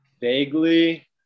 Vaguely